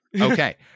Okay